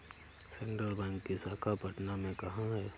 Central Bank की शाखा पटना में कहाँ है?